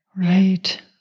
Right